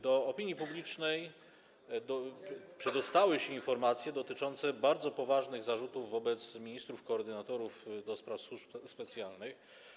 Do opinii publicznej przedostały się informacje dotyczące bardzo poważnych zarzutów wobec ministrów koordynatorów do spraw służb specjalnych.